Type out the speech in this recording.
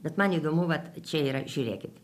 bet man įdomu vat čia yra žiūrėkit